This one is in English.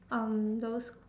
um those